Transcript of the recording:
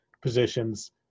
positions